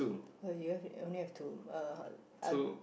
oh you have you only have two uh are